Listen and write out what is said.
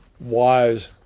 wise